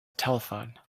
telephone